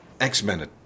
X-Men